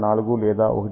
4 లేదా 1